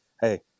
hey